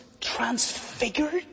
transfigured